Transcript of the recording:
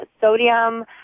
sodium